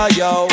yo